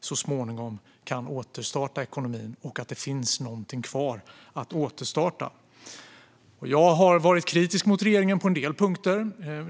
så småningom kan återstarta ekonomin och det finns något kvar att återstarta. Jag har varit kritisk mot regeringen på en del punkter.